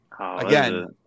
Again